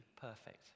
perfect